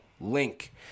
link